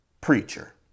preacher